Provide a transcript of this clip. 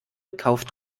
kauft